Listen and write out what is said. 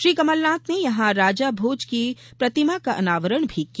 श्री कमलनाथ ने यहां राजा भोज की प्रतिमा का अनावरण भी किया